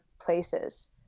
places